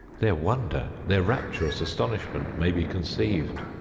their wonder their rapturous astonishment may be conceived.